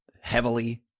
heavily